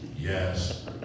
yes